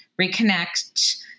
reconnect